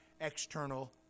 external